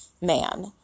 man